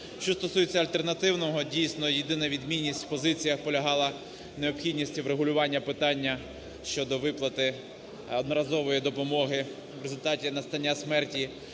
Що стосується альтернативного. Дійсно, єдина відмінність у позиціях полягала в необхідності врегулювання питання щодо виплати одноразової допомоги в результаті настання смерті